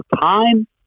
time